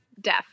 deaf